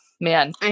man